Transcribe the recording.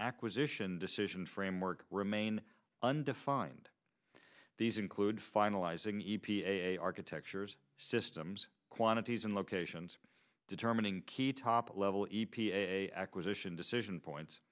acquisition decision framework remain undefined these include finalizing e p a architectures systems quantities and locations determining key top level e p a acquisition decision points